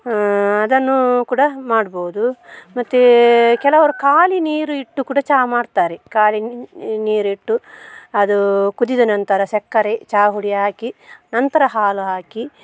ಅದನ್ನು ಕೂಡ ಮಾಡ್ಬೋದು ಮತ್ತು ಕೆಲವರು ಖಾಲಿ ನೀರು ಇಟ್ಟು ಕೂಡ ಚಹಾ ಮಾಡ್ತಾರೆ ಖಾಲಿ ನೀರಿಟ್ಟು ಅದು ಕುದಿದ ನಂತರ ಸಕ್ಕರೆ ಚಹಾ ಪುಡಿ ಹಾಕಿ ನಂತರ ಹಾಲು ಹಾಕಿ